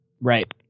Right